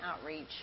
Outreach